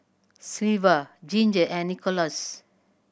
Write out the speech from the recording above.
Sylva Ginger and Nicholaus